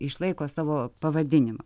išlaiko savo pavadinimą